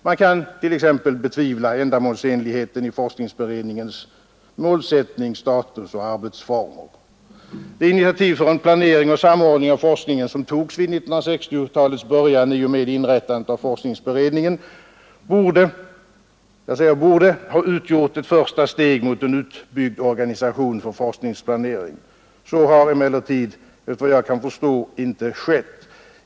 Man kan t.ex. betvivla ändamålsenligheten i forskningsberedningens målsättning, statusoch arbetsformer. De initiativ för en planering och samordning av forskningen som togs vid 1960-talets början i och med inrättandet av forskningsberedningen horde ha utgjort ett första steg mot en utbyggd organisation för forskningsplanering. Så har emellertid, efter vad jag kan förstå, inte skett.